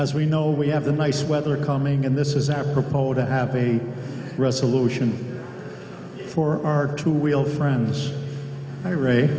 as we know we have the nice weather coming in this is apropos to have a resolution for our two wheel friends i re